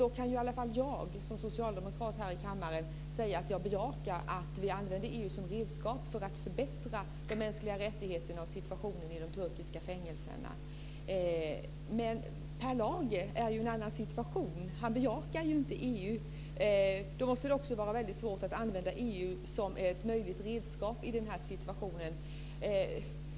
Då kan jag som socialdemokrat här i kammaren säga att jag bejakar att vi använder EU som redskap för att förbättra de mänskliga rättigheterna och situationen i de turkiska fängelserna. Men Per Lager är i en annan situation. Han bejakar inte EU. Då måste det vara svårt att använda EU som ett möjligt redskap i den situationen.